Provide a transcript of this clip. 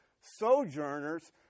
sojourners